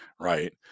right